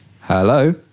Hello